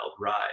ride